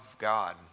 God